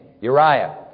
Uriah